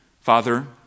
Father